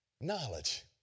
Knowledge